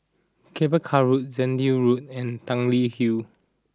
Cable Car Road Road and Tanglin Hill